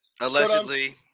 Allegedly